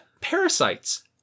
parasites